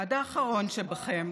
עד האחרון שבכם,